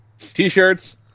t-shirts